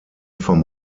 vom